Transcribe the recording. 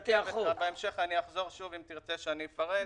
בהמשך, אם תרצה, אני אפרט.